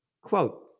Quote